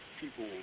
people